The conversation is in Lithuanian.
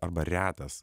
arba retas